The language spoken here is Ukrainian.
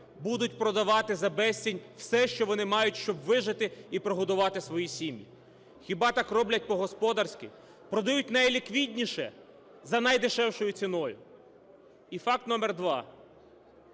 будуть продавати за безцінь все, що вони мають, щоб вижити і прогодувати свої сім'ї. Хіба так роблять по-господарськи? Продають найліквідніше за найдешевшою ціною? І факт номер два.